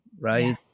right